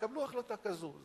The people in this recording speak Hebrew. תקבלו החלטה כזאת,